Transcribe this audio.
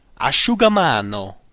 Asciugamano